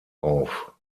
auf